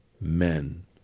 men